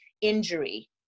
injury